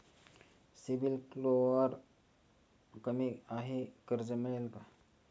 CIBIL score कमी आहे कर्ज मिळेल का?